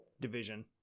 division